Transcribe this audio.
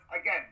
again